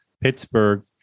Pittsburgh